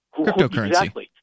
Cryptocurrency